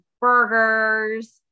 burgers